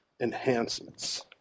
enhancements